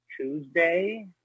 Tuesday